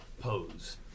pose